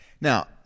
Now